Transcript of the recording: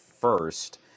first